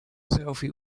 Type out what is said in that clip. selfie